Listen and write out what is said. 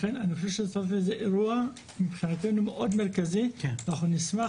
לכן אני חושב שזה אירוע מבחינתנו מאוד מרכזי ואנחנו נשמח